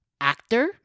actor